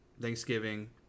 Thanksgiving